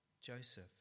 Joseph